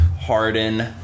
Harden